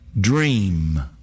dream